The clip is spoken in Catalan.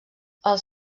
els